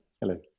Hello